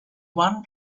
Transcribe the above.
one